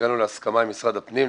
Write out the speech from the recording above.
הגענו להסכמה עם משרד הפנים.